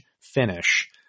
finish